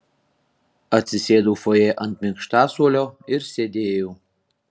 atsisėdau fojė ant minkštasuolio ir sėdėjau